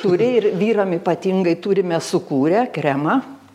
turi ir vyram ypatingai turime sukūrę kremą